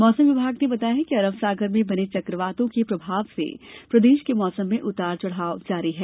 मौसम विभाग ने बताया कि अरबसागर में बने चकवातों के प्रभाव से प्रदेश के मौसम में उतार चढ़ाव जारी है